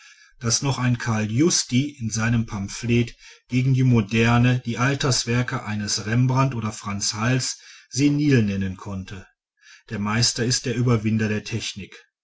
daß noch ein karl justi in seinem pamphlet gegen die moderne die alterswerke eines rembrandt oder f hals senil nennen konnte der meister ist der überwinder der technik